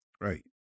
Right